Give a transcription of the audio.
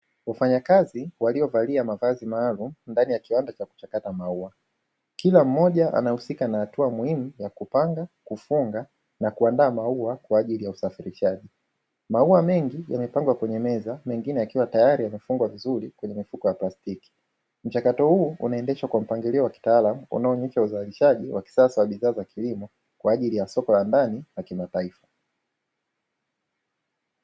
Wafanyakazi waliovalia mavazi maalumu ndani ya kiwanda cha kuchakata maua, kila mmoja anahusika na hatua muhimu ya kupanga, kufunga na kuandaa maua kwa ajili ya usafirishaji. Maua mengi yamepangwa kwenye meza, mengine yakiwa tayari yamefungwa vizuri kwenye mifuko ya plastiki. Mchakato huu unaendeshwa kwa mpangilio wa kitaalamu, unaoonyesha uzalishaji wa kisasa wa bidhaa za kilimo kwa ajili ya soko la ndani na kimataifa.